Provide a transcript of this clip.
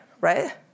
right